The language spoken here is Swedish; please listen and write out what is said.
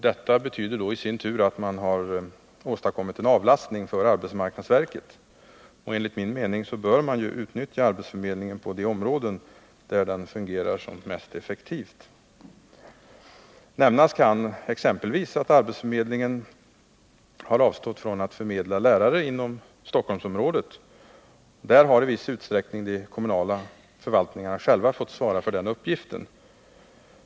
Detta betyder då i sin tur att man har åstadkommit en avlastning för arbetsmarknadsverket, och enligt min mening bör man ju utnyttja arbetsförmedlingen på de områden där den fungerar mest effektivt. Nämnas kan exempelvis att arbetsförmedlingen har avstått från att förmedla lärare inom Stockholmsområdet. Där har i viss utsträckning de kommunala förvaltningarna själva fått svara för den uppgiften.